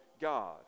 God